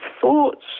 thoughts